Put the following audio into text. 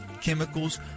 chemicals